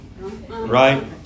right